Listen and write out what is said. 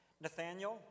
Nathaniel